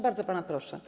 Bardzo pana proszę.